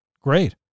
great